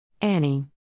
Annie